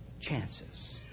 chances